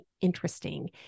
interesting